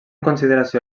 consideració